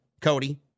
Cody